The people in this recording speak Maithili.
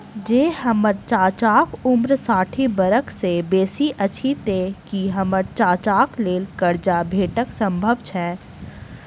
जँ हम्मर चाचाक उम्र साठि बरख सँ बेसी अछि तऽ की हम्मर चाचाक लेल करजा भेटब संभव छै?